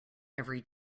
every